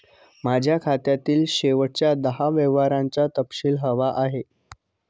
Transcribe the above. माझ्या खात्यातील शेवटच्या दहा व्यवहारांचा तपशील हवा आहे